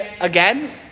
again